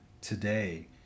today